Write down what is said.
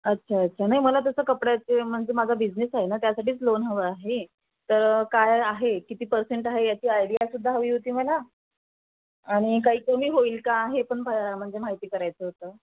अच्छा अच्छा नाही मला तसं कपड्याचे म्हणजे माझा बिझनेस आहे ना त्यासाठीच लोन हवं आहे तर काय आहे किती पर्सेंट आहे याची आयडियासुद्धा हवी होती मला आणि काही कमी होईल का हे पण प म्हणजे माहिती करायचं होतं